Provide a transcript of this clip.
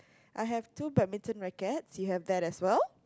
I have two badminton rackets you have that as well